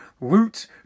loot